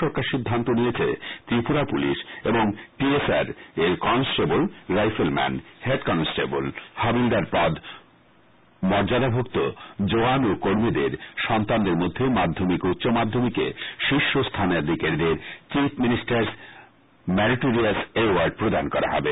সরকার সিদ্ধান্ত নিয়েছে ত্রিপুরা পুলিশ এবং টি এস আর এর constable rifleman head constable হাবিলদার পদ মযাদাভুক্ত জওয়ান ও কর্মীদের সন্তানদের মধ্যে মাধ্যমিক ও উচ্চমাধ্যমিকে শীর্ষ মেরিটোরিয়াস অ্যাওয়ার্ড প্রদান করা হবে